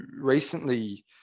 recently